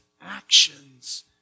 actions